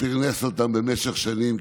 ופרנס אותם במשך שנים.